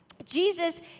Jesus